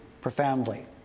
profoundly